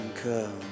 come